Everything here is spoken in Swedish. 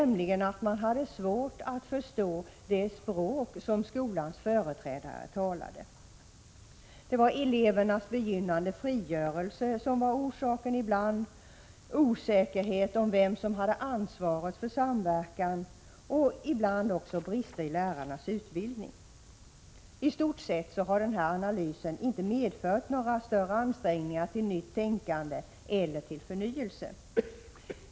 Man hade nämligen svårt att förstå det språk som skolans företrädare talade. Elevernas begynnande frigörelse var ibland orsaken. Osäkerhet om vem som hade ansvaret för samverkan och brister i lärarnas utbildning nämndes också. I stort sett har denna analys inte medfört några större ansträngningar till nytt tänkande eller till förnyelse.